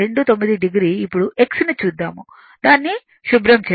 29 o ఇప్పుడు x ని చూద్దాము దానిని శుభ్రం చేస్తాను